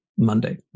Monday